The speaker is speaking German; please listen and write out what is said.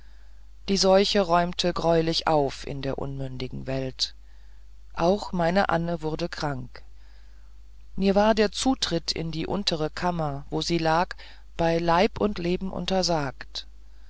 die seuche räumte greulich auf in der unmündigen welt auch meine anne wurde krank mir war der zutritt in die untere kammer wo sie lag bei leib und leben untersagt